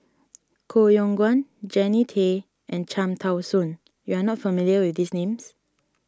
Koh Yong Guan Jannie Tay and Cham Tao Soon you are not familiar with these names